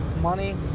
money